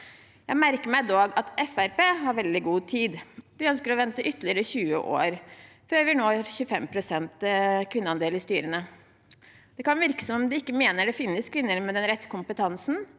Jeg merker meg dog at Fremskrittspartiet har veldig god tid. De ønsker å vente i ytterligere 20 år før vi når 25 pst. kvinneandel i styrene. Det kan virke som de mener det ikke finnes kvinner med den rette kompetansen.